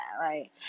right